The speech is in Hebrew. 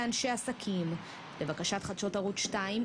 זו שיחה עסקית לכל דבר ועניין.